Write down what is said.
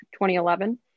2011